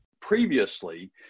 Previously